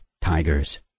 tigers